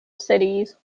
cities